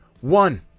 one